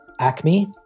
ACME